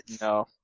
No